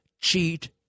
cheat